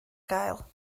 gael